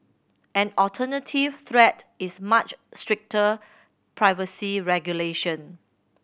an alternative threat is much stricter privacy regulation